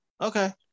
Okay